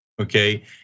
okay